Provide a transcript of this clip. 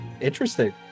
interesting